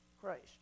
Christ